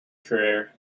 career